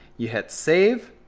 you hit save.